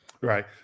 Right